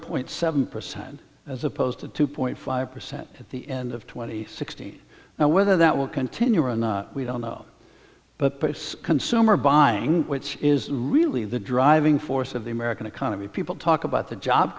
point seven percent as opposed to two point five percent at the end of twenty sixteen now whether that will continue and we don't know but this consumer buying which is really the driving force of the american economy people talk about the job